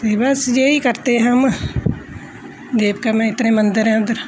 ते बस जेही करते है हम देवका मेंं इतने मंदर है उधर